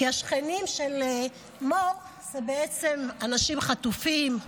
כי השכנים של מור הם בעצם אנשים חטופים,